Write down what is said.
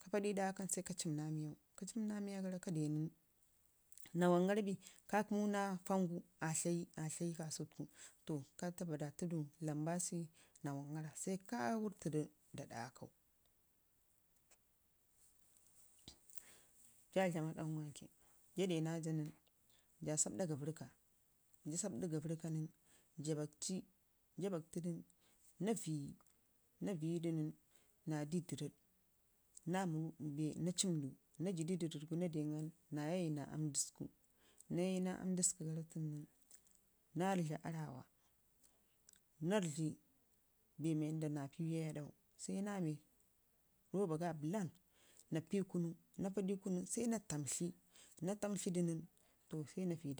ka padu ii ɗa aakau nən sai ka cum naa miyagara ka ka de nən kamu naa foongara aa flai aa tlai kasu tuku to ka tabbatudu lambaci naa wangara sai ka wərrtudu da ɗa aakkau jaa dlama ɗan wake jaa denaajas nən jaa sabɗa gavərrka, jaa sabɗu gavərrka nən jaa bakkci, jaa baktudu nən, naa vəyidu, naa vəyudu nən, naayadu ii dərrəɗ naa mi bee na aumdu naa jidu ii dərrəɗ naa dan naa yayi naa aam dəsku, naa yaya naa aam dəsku nən, naa rridlaa aarrawa naa rridli bee wanda naa piiwu ii aɗau sai naa mai roba ga bəlan naa pii launu, naa padu ii kanu nən sai naa tamtli, naa tamtlidu nən to sai naa vəyi